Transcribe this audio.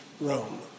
Rome